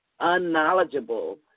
unknowledgeable